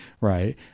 Right